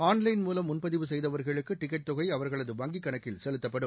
online மூலம் முன்பதிவு செய்தவர்களுக்கு டிக்கெட் தொகை அவர்களது வங்கிக்கணக்கில் செலுத்தப்படும்